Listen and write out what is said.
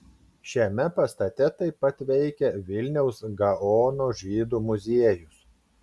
šiame pastate taip pat veikia vilniaus gaono žydų muziejus